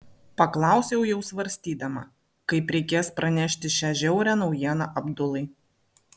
paklausiau jau svarstydama kaip reikės pranešti šią žiaurią naujieną abdulai